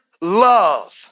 love